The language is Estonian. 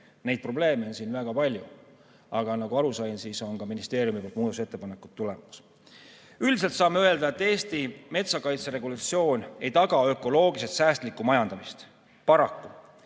Probleeme on siin väga palju. Aga nagu aru sain, ministeeriumist on muudatusettepanekud tulemas. Üldiselt saame öelda, et Eesti metsakaitse regulatsioon ei taga ökoloogiliselt säästlikku majandamist. Paraku!